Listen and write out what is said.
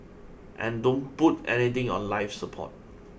and don't put anything on life support